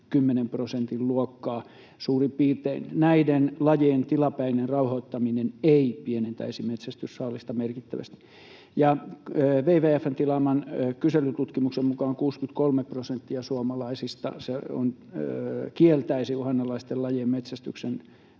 10 prosentin luokkaa suurin piirtein. Näiden lajien tilapäinen rauhoittaminen ei pienentäisi metsästyssaalista merkittävästi. Ja WWF:n tilaaman kyselytutkimuksen mukaan 63 prosenttia suomalaisista kieltäisi uhanalaisten lajien metsästyksen.